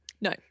No